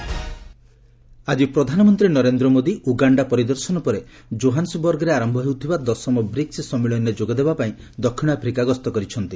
PM south Africa ଆଜି ପ୍ରଧାନମନ୍ତ୍ରୀ Narendra Modi Uganda ପରିଦର୍ଶନ ପରେ ଜୋହାନ୍ସବର୍ଗରେ ଆରମ୍ଭ ହେଉଥିବା ଦଶମ ବ୍ରିକ୍ସ ସମ୍ମିଳନୀରେ ଯୋଗ ଦେବାପାଇଁ ଦକ୍ଷିଣ ଆଫ୍ରିକା ଗସ୍ତ କରିଛନ୍ତି